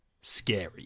scary